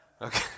Okay